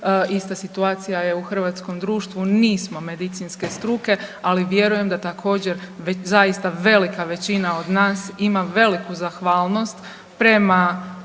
ista situacija je u hrvatskom društvu nismo medicinske struke, ali vjerujem da također zaista velika većina od nas ima veliku zahvalnost prema